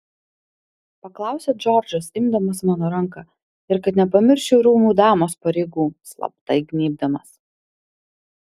paklausė džordžas imdamas mano ranką ir kad nepamirščiau rūmų damos pareigų slapta įgnybdamas